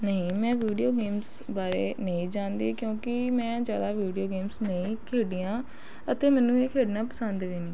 ਨਹੀਂ ਮੈਂ video games ਬਾਰੇ ਨਹੀਂ ਜਾਣਦੀ ਕਿਉਂਕਿ ਮੈਂ ਜ਼ਿਆਦਾ ਵੀਡਿਓ ਗੇਮਸ ਨਹੀਂ ਖੇਡੀਆਂ ਅਤੇ ਮੈਨੂੰ ਇਹ ਖੇਡਣਾ ਪਸੰਦ ਵੀ ਨਹੀਂ